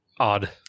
odd